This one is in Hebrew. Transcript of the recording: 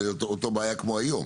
תהיה אותה בעיה כמו היום.